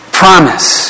promise